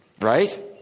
right